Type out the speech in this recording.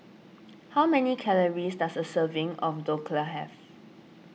how many calories does a serving of Dhokla have